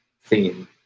theme